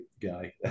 Guy